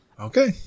Okay